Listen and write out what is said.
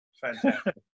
Fantastic